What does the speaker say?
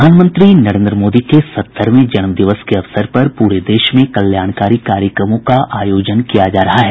प्रधानमंत्री नरेन्द्र मोदी के सत्तरवें जन्म दिवस के अवसर पर पूरे देश में कल्याणकारी कार्यक्रमों का आयोजन किया जा रहा है